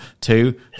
two